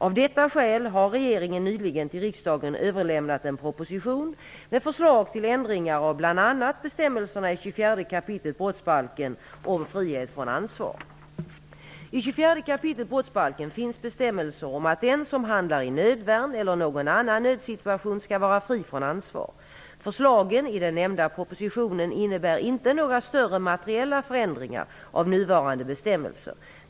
Av detta skäl har regeringen nyligen till riksdagen överlämnat en proposition med förslag till ändringar av bl.a. bestämmelserna i 24 I 24 kap. brottsbalken finns bestämmelser om att den som handlar i nödvärn eller någon annan nödsituation skall vara fri från ansvar. Förslagen i den nämnda propositionen innebär inte några större materiella förändringar av nuvarande bestämmelser.